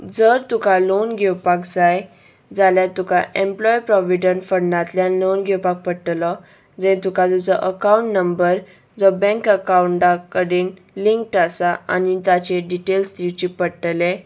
जर तुका लोन घेवपाक जाय जाल्यार तुका एम्प्लोय प्रोविडंट फंडांतल्यान लोन घेवपाक पडटलो जें तुका तुजो अकवंट नंबर जो बँक अकउंटा कडेन लिंक्ड आसा आनी ताचेर डिटेल्स दिवचे पडटले